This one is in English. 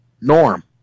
Norm